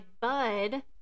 bud